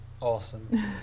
Awesome